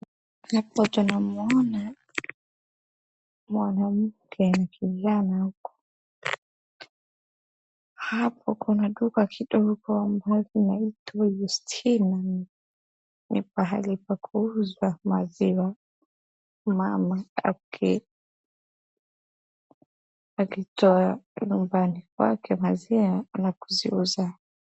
Hapa tunamuona mwanamke na kijana wake. Hapo kuna duka kidogo ambayo inaitwa Yustina, ni pahali pa kuuzwa maziwa. Mama aki, akitoa nyumbani kwake maziwa na kuziuza.